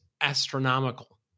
astronomical